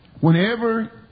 Whenever